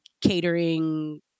catering